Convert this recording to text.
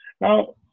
Now